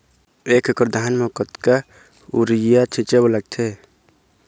एक एकड़ धान म कतका यूरिया छींचे बर लगथे?